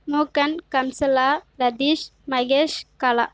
Mookan Kamsala Ratheesh Mahesh Kala